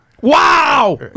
Wow